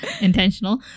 intentional